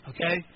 Okay